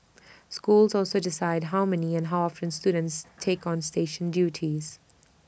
schools also decide how many and how often students take on station duties